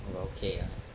we are okay ah